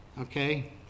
okay